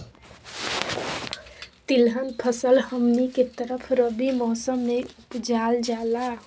तिलहन फसल हमनी के तरफ रबी मौसम में उपजाल जाला